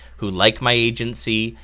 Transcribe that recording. who like my agency,